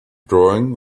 drawing